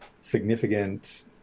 significant